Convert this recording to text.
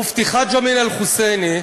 מופתי חאג' אמין אל-חוסייני,